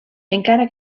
encara